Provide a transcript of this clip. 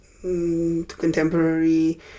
contemporary